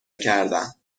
کردم